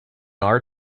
our